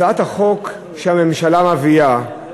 הצעת החוק שהממשלה מביאה,